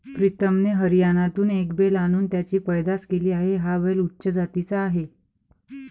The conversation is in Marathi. प्रीतमने हरियाणातून एक बैल आणून त्याची पैदास केली आहे, हा बैल उच्च जातीचा आहे